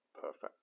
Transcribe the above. Perfect